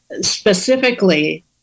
specifically